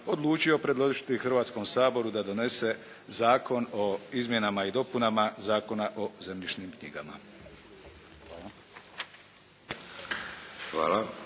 odlučio predložiti Hrvatskom saboru da donese Zakon o izmjenama i dopunama Zakona o zemljišnim knjigama. Hvala.